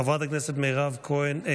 חברת הכנסת מירב כהן,